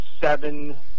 seven